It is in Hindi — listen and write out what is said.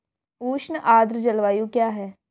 उष्ण आर्द्र जलवायु क्या है?